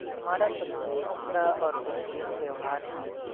ہمارا سب سے عمدہ اور بہترین تیوہار عید ہے